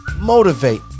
motivate